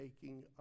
taking